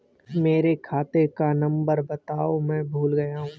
मेरे खाते का नंबर बताओ मैं भूल गया हूं